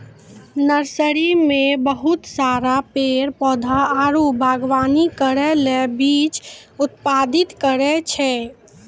nursery मे बहुत सारा पेड़ पौधा आरु वागवानी करै ले बीज उत्पादित करै छै